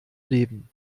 leben